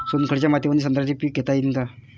चुनखडीच्या मातीमंदी संत्र्याचे पीक घेता येईन का?